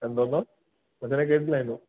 എന്തോന്ന് മച്ചാനെ കേട്ടില്ലായിരുന്നു